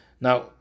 Now